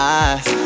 eyes